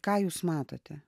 ką jūs matote